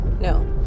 No